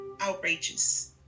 outrageous